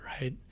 right